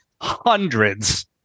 hundreds